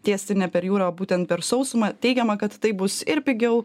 tiesti ne per jūrą o būtent per sausumą teigiama kad taip bus ir pigiau